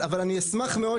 אבל אני אשמח מאוד